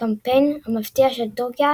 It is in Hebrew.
הקמפיין המפתיע של טורקיה